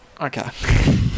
Okay